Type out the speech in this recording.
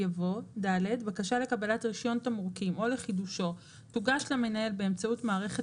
יבוא: "(1)לגבי מבקש שלעיסוקו בתמרוקים נדרש רישיון עסק,